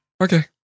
Okay